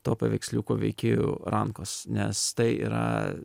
to paveiksliuko veikėjų rankos nes tai yra